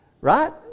Right